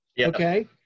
Okay